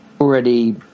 already